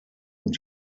und